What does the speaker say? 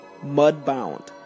Mudbound